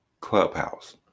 Clubhouse